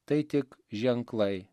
tai tik ženklai